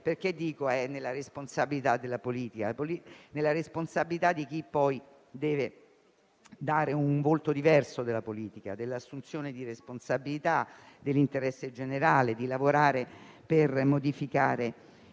Perché dico che è nella responsabilità della politica? Perché spetta a chi poi deve dare un volto diverso della politica, dell'assunzione di responsabilità e dell'interesse generale; a chi deve lavorare per modificare